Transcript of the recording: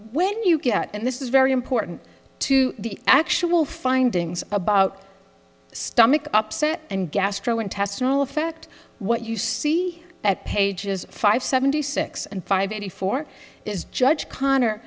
when you get and this is very important to the actual findings about stomach upset and gastrointestinal effect what you see at pages five seventy six and five eighty four is judge connor